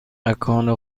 مکان